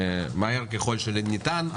מהר ככל הניתן.